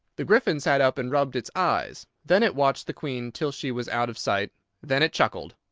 the gryphon sat up and rubbed its eyes then it watched the queen till she was out of sight then it chuckled.